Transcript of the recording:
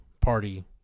party